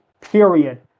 period